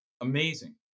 Amazing